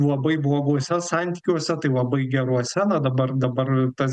labai bloguose santykiuose tai labai geruose na dabar dabar tas